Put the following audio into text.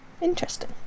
Interesting